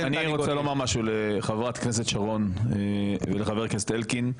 אני רוצה לומר משהו לחברת הכנסת שרון ולחבר הכנסת אלקין,